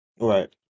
Right